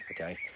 Okay